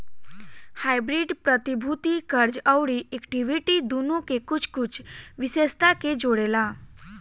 hybrid प्रतिभूति, कर्ज अउरी इक्विटी दुनो के कुछ कुछ विशेषता के जोड़ेला